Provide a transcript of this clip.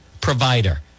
provider